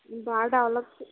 బాగా డెవలప్